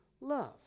love